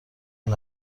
این